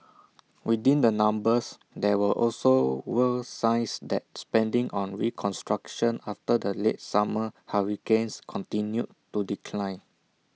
within the numbers there were also were signs that spending on reconstruction after the late summer hurricanes continued to decline